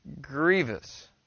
grievous